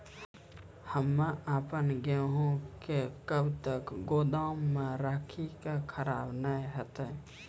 हम्मे आपन गेहूँ के कब तक गोदाम मे राखी कि खराब न हते?